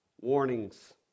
warnings